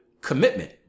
commitment